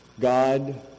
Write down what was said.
God